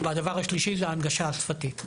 והדבר השלישי הוא ההנגשה השפתית.